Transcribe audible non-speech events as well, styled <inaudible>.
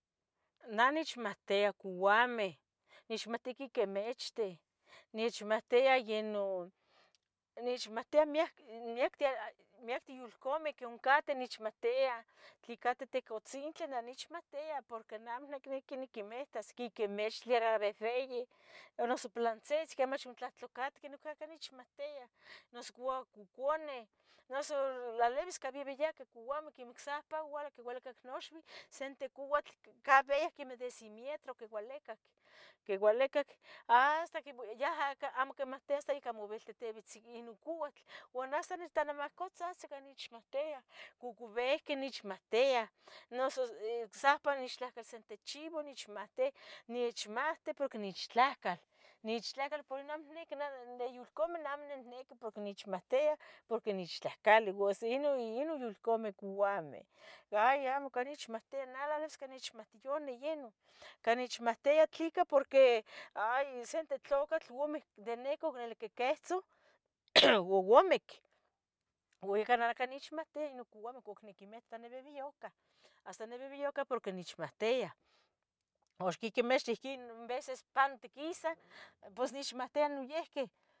Neh nich mohtia couameh, nechmohtia quiquimichtih, nechmohtia yeh non, nechmohtia miacten, miacten, miacten youlcameh, que oncateh nechmohtia, tle cateh itich ohtzintli neh nechmohtia, porque neh amo nic niqui niquimitas, quiquimichtli no behbeyi noso plantzitzi quemach otlahtli catqui nechmohtia, noso couacoconeh, nos tlalibis cah bibiyaqueh couameh, quemeh ocsahpa ualahque oquiualicac noxuiu, sente couatl ca beyi quemeh de si mietro ocualicac, oquiualicac hasta quibi yaha amo quimohtia ¡haasta! ica quimobiltihtibitz ino couatl, ua neh ¡hasta nima tanimahcotzahtzic ua nechmohtia!. Cocubehqueh nechmohtiah, noso ic sahpa nechtlahcal sente chivo nechmahtia, nechmahti porque nichtlahcal, nechtlahcal pero ni amo niqui de yulcame nih amo nihniqui porque nechmohtia, porque nechtlahcalos, ino, ino yulcameh couameh, hay amo cuali nechmohtia, neh una vez que nechmohti noyi ino, ca nechmohtia tleca, porque hay sente tlucatl imic de necah ocnelquequehtzuh <noise> ua omic, ua ica neh ca nechmohtiah ino couameh cuc niquimita nibibiyoca, hasta nibibiyoca porque nechmohtia, uxa quemeh uxa ihquin en veces pantiquisah, pos nechmohtia niyiqui.